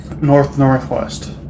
north-northwest